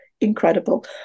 incredible